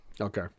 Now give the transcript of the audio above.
Okay